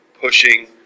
pushing